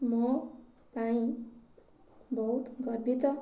ମୋ ପାଇଁ ବହୁତ ଗର୍ବିତ